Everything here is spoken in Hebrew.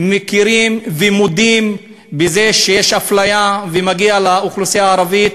מכירים ומודים בזה שיש אפליה ומגיע לאוכלוסייה הערבית